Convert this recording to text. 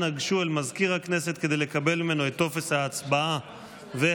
אנא גשו אל מזכיר הכנסת כדי לקבל ממנו את טופס ההצבעה והמעטפה.